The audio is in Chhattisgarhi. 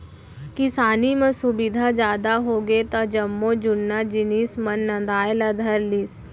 किसानी म सुबिधा जादा होगे त जम्मो जुन्ना जिनिस मन नंदाय ला धर लिस